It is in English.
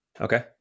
Okay